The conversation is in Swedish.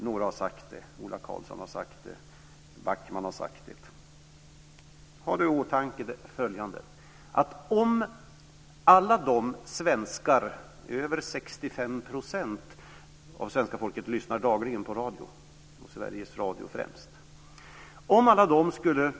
Några har sagt så, t.ex. Ola Karlsson och Jan Backman. Över 65 % av svenska folket lyssnar dagligen på radio, främst Sveriges radio.